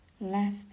left